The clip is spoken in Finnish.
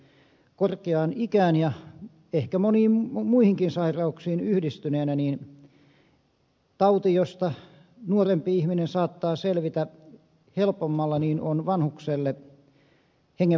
ja korkeaan ikään ja ehkä moniin muihinkin sairauksiin yhdistyneenä tauti josta nuorempi ihminen saattaa selvitä helpommalla on vanhukselle hengenvaarallinen